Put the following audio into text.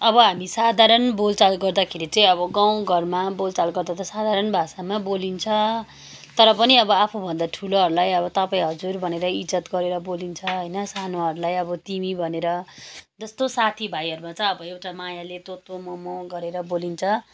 अब हामी साधारण बोलचाल गर्दाखेरि चाहिँ अब गाउँ घरमा बोलचाल गर्दा चाहिँ साधारण भाषामै बोलिन्छ तर पनि अब आफूभन्दा ठुलोहरूलाई अब तपाईँ हजुर भनेर इज्जत गरेर बोलिन्छ होइन सानोहरूलाई अब तिमी भनेर जस्तो साथी भाइहरूलाई चाहिँ अब एउटा मायाले तँ तँ म म गरेर बोलिन्छ